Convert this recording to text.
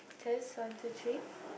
test one two three